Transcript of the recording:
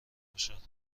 باشد